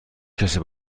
کسی